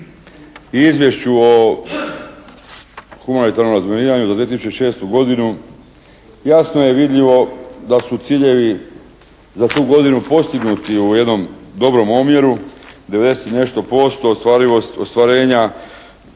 i izvješću o humanitarnom razminiranju za 2006. godinu jasno je vidljivo da su ciljevi za tu godinu postignuti u jednom dobrom omjeru 90 i nešto posto ostvarenja